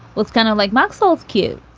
well, it's kind of like maxwell's kid.